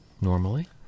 normally